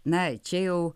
na čia jau